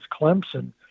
Clemson